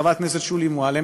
חברת הכנסת שולי מועלם,